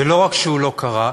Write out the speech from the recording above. ולא רק שהוא לא קרה,